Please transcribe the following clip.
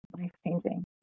life-changing